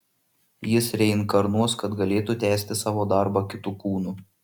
jis reinkarnuos kad galėtų tęsti savo darbą kitu kūnu